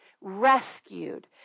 rescued